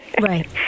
right